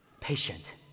patient